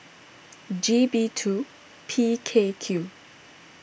G B two P K Q